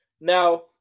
Now –